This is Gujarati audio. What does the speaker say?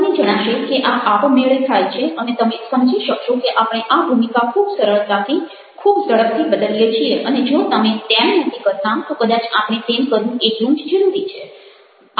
તમને જણાશે કે આ આપમેળે થાય છે અને તમે સમજી શકશો કે આપણે આ ભૂમિકા ખૂબ સરળતાથી ખૂબ ઝડપથી બદલીએ છીએ અને જો તમે તેમ નથી કરતા તો કદાચ આપણે તેમ કરવું એટલું જ જરૂરી છે